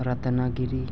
رتنا گری